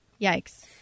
Yikes